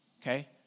okay